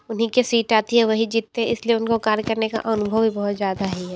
उन्हीं के सीट आती है वही जीततें इसलिए उनको कार्य करने का अनुभव भी बहुत ज़्यादा ही है